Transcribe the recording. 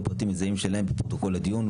פרטים מזהים שלהם בפרוטוקול הדיון.